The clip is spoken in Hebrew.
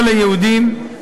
לא ליהודים.